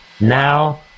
now